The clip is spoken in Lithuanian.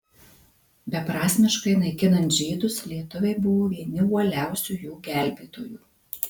beprasmiškai naikinant žydus lietuviai buvo vieni uoliausių jų gelbėtojų